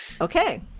Okay